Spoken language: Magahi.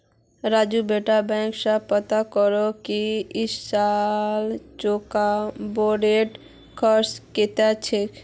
राजू बेटा बैंक स पता कर की इस साल चेकबुकेर खर्च कत्ते छेक